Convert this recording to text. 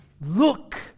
look